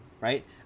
right